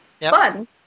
Fun